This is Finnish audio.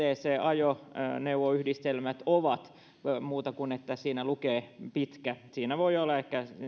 ajoneuvoyhdistelmät ovat eli muuta kuin että niissä lukee pitkä siinä voi olla ehkä